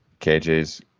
KJ's